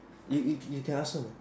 you you you can ask her